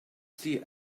see